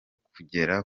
kugera